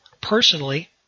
personally